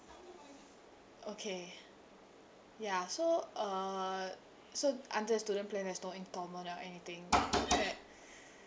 okay ya so uh so under the student plan there's no instalment or anything like that